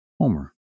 Homer